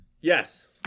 Yes